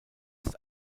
ist